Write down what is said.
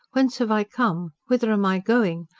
whence have i come? whither am i going?